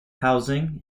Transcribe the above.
housing